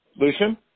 Lucian